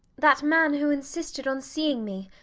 that man who insisted on seeing me,